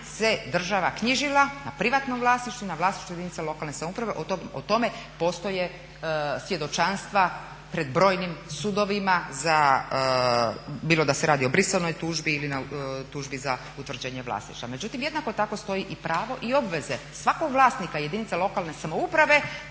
se država knjižila na privatnom vlasništvu, na vlasništvu jedinica lokalne samouprave. O tome postoje svjedočanstva pred brojnim sudovima za bilo da se radi o brisovnoj tužbi ili tužbi za utvrđenje vlasništva. Međutim, jednako tako stoji i pravo i obveze svakog vlasnika jedinica lokalne samouprave